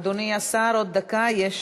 אדוני השר, עוד דקה, יש